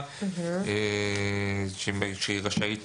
סעיף 14א שאותו מתקנים פה הוא הסעיף